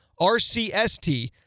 RCST